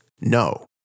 no